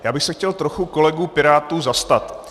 Já bych se chtěl trochu kolegů pirátů zastat.